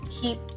keep